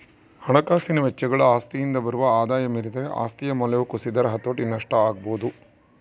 ಹಣಕಾಸಿನ ವೆಚ್ಚಗಳು ಆಸ್ತಿಯಿಂದ ಬರುವ ಆದಾಯ ಮೀರಿದರೆ ಆಸ್ತಿಯ ಮೌಲ್ಯವು ಕುಸಿದರೆ ಹತೋಟಿ ನಷ್ಟ ಆಗಬೊದು